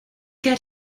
get